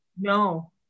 No